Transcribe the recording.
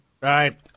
right